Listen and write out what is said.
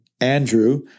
Andrew